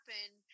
happen